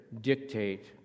dictate